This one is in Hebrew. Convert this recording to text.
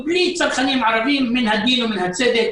ומן הדין ומן הצדק